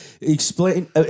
Explain